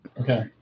Okay